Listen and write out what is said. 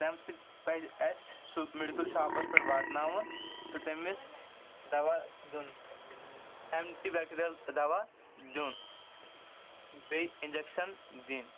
تَمہِ سۭتۍ پَزِ اَسہِ سُہ میڈِکَل شاپَس پٮ۪ٹھ واتناوُن تہٕ تٔمِس دَوا دیُن اینٹہِ بیکٹیٖریَل دَوا دیُن بیٚیہِ اِنجَکشَن دِنۍ